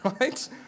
right